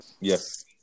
Yes